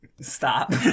Stop